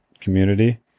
community